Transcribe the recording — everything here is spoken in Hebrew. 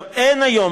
אין היום,